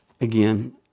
again